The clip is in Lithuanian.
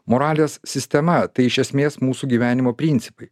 moralės sistema tai iš esmės mūsų gyvenimo principai